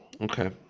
Okay